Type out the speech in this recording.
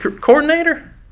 coordinator